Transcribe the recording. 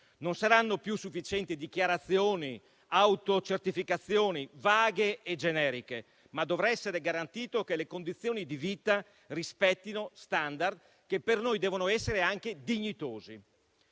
Non saranno più sufficienti dichiarazioni ed autocertificazioni vaghe e generiche, ma dovrà essere garantito che le condizioni di vita rispettino *standard* che, per noi, devono essere anche dignitosi.